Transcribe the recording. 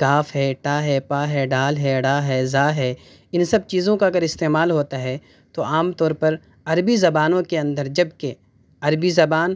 golf ہے ٹا ہے پا ہے ڈال ہے ڑا ہے ذا ہے ان سب چیزوں کا اگر استعمال ہوتا ہے تو عام طور پر عربی زبانوں کے اندر جبکہ عربی زبان